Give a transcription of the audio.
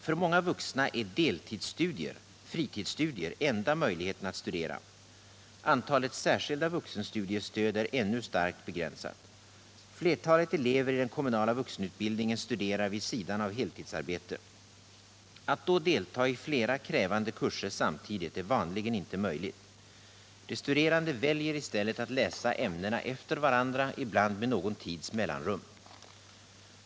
För många vuxna är deltidsstudier enda möjligheten att studera. Flertalet elever i den kommunala vuxenutbildningen studerar vid sidan av heltidsarbete. Att då delta i flera krävande kurser samtidigt är vanligen inte möjligt. De studerande väljer i stället att läsa ämnena efter varandra, ibland med någon tids mellanrum.